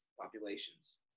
populations